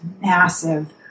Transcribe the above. massive